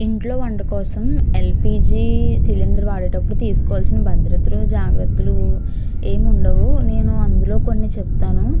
ఇంట్లో వంట కోసం ఎల్పీజీ సిలిండర్ వాడేటప్పుడు తీసుకోవాల్సిన భద్రతలు జాగ్రత్తలు ఏమి ఉండవు నేను అందులో కొన్ని చెప్తాను